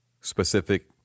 specific